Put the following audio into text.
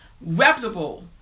reputable